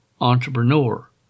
entrepreneur